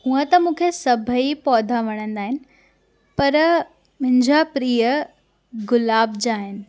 हूअं त मूंखे सभई पौधा वणंदा आहिनि पर मुंहिंजा प्रिय गुलाब जा आहिनि